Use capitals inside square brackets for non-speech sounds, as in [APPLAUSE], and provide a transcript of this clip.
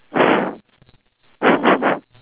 [BREATH]